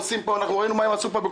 אנחנו יודעים מה הם עושים פה.